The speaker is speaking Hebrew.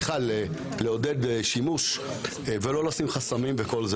לעודד שימוש ולא לשים חסמים וכו'.